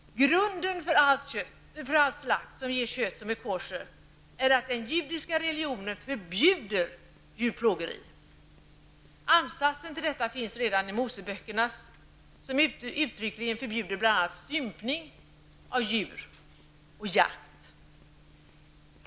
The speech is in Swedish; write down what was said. Grunden för all slakt som ger kött som är koscher är att den judiska religionen förbjuder djurplågeri. Ansatsen till detta finns redan i Moseböckerna, som uttryckligen förbjuder bl.a. stympning av djur samt jakt.